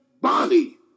body